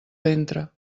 ventre